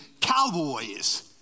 cowboys